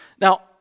Now